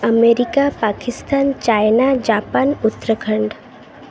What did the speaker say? America Pakistan China Japan Uttarakhand